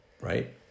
right